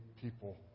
people